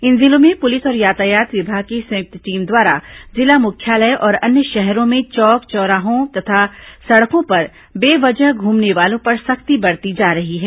इन जिलों में पुलिस और यातायात विभाग की संयुक्त टीम द्वारा जिला मुख्यालय और अन्य शहरों में चौक चौराहों तथा सड़कों पर बेवजह घूमने वालों पर सख्ती बरती जा रही है